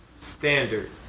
standard